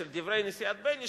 של דברי הנשיאה בייניש,